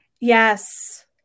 Yes